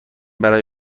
برای